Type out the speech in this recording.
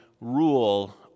rule